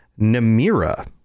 Namira